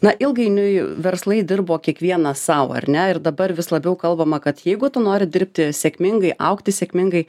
na ilgainiui verslai dirbo kiekvienas sau ar ne ir dabar vis labiau kalbama kad jeigu tu nori dirbti sėkmingai augti sėkmingai